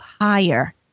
higher